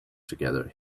together